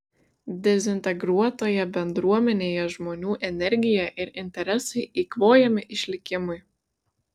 dezintegruotoje bendruomenėje žmonių energija ir interesai eikvojami išlikimui